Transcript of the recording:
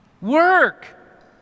Work